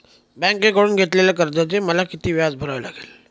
बँकेकडून घेतलेल्या कर्जाचे मला किती व्याज भरावे लागेल?